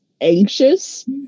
anxious